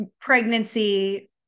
pregnancy